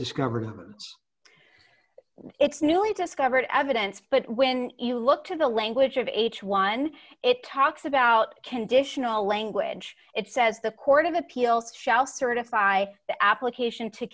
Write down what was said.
discovered it's newly discovered evidence but when you look to the language of h one it talks about conditional language it says the court of appeal shall certify the application to